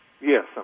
Yes